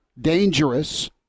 dangerous